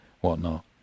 whatnot